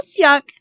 Yuck